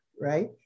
right